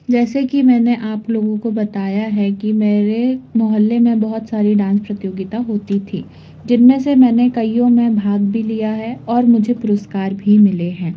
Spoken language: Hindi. जैसे कि मैंने आप लोगों को बताया है कि मेरे मोहल्ले में बहुत सारी डांस प्रतियोगिताएं होती थीं जिन में से मैंने कइयों में भाग भी लिया है और मुझे पुरस्कार भी मिले हैं